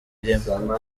ireme